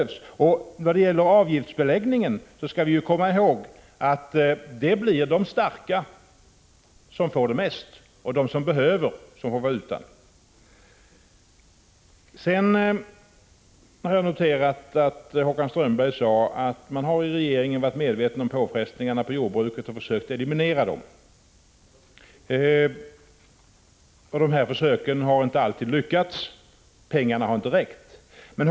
16 april 1986 När det gäller avgiftsbeläggningen skall vi komma ihåg att det blir de starka som får mest och de som bäst behöver som får vara utan. Jag noterade att Håkan Strömberg sade att man i regeringen har varit medveten om påfrestningarna på jordbruket och försökt eliminera dem. Dessa försök har inte alltid lyckats, och pengarna har inte räckt till.